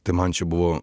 tai man čia buvo